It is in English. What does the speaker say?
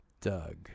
Doug